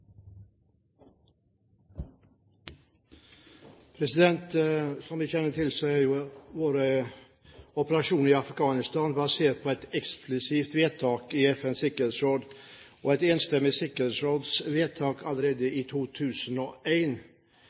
jo våre operasjoner i Afghanistan basert på et eksplisitt vedtak i FNs sikkerhetsråd. Et enstemmig sikkerhetsråd gjorde vedtak allerede i